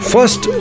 First